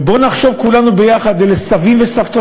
ובואו נחשוב כולנו ביחד: אלה